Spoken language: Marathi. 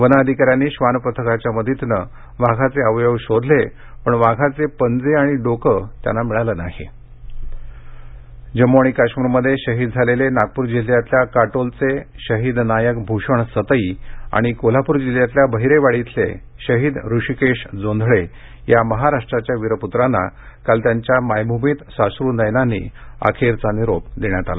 वन अधिकाऱ्यांनी श्वान पथकाच्या मदतीनं वाघाचे अवयव शोधले पण वाघाचे पंजे आणि डोकं काही त्यांना मिळालं नाही शहिद अंत्यसंस्कार जम्मू आणि काश्मीरमध्ये शहीद झालेले नागपूर जिल्ह्यातल्या काटोलचे शहीद नायक भूषण सतई आणि कोल्हापूर जिल्ह्यातल्या बहिरेवाडी येथील शहीद ऋषीकेश जोंधळे या महाराष्ट्राच्या वीरपुत्रांना काल त्यांच्या मायभूमीत साश्रू नयनांनी अखेरचा निरोप देण्यात आला